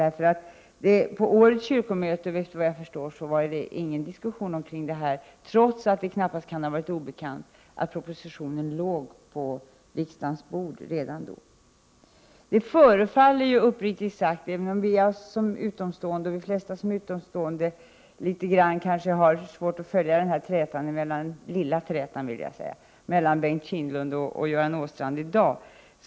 Vid årets kyrkomöte var det, såvitt jag förstår, ingen diskussion om detta, trots att det knappast kan ha varit obekant att propositionen låg på riksdagens bord redan då. Uppriktigt sagt har jag litet svårt att förstå den lilla trätan här i dag mellan Bengt Kindbom och Göran Åstrand.